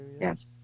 Yes